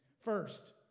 First